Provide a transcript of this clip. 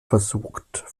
versucht